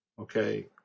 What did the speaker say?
Okay